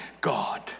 God